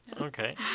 okay